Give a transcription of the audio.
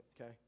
okay